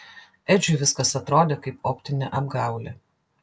edžiui viskas atrodė kaip optinė apgaulė